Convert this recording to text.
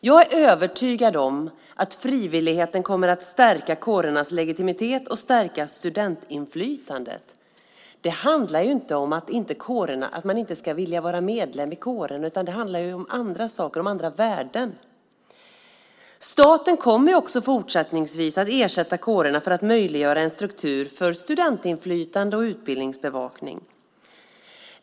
Jag är övertygad om att frivilligheten kommer att stärka kårernas legitimitet och stärka studentinflytandet. Det handlar inte om att man inte ska vilja vara medlem i kåren, utan det handlar om andra saker, om andra värden. Staten kommer också fortsättningsvis att ersätta kårerna för att möjliggöra en struktur för studentinflytande och utbildningsbevakning.